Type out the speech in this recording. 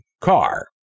car